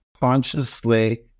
consciously